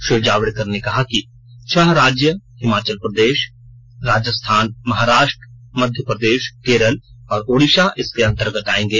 श्री जावड़ेकर ने कहा कि छह राज्य हिमाचल प्रदेश राजस्थान महाराष्ट्र मध्य प्रदेश केरल और ओडिशा इसके अन्तर्गत आएंगे